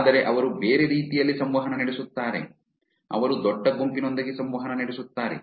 ಆದರೆ ಅವರು ಬೇರೆ ರೀತಿಯಲ್ಲಿ ಸಂವಹನ ನಡೆಸುತ್ತಾರೆ ಅವರು ದೊಡ್ಡ ಗುಂಪಿನೊಂದಿಗೆ ಸಂವಹನ ನಡೆಸುತ್ತಾರೆ